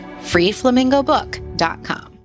FreeFlamingoBook.com